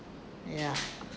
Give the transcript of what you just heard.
ya